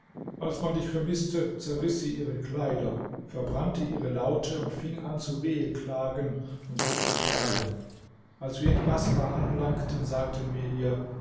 als man dich vermißte zerriß sie ihre kleider verbrannte ihre laute und fing an zu weheklagen und sich zu schlagen als wir in baßrah anlangten sagten wir ihr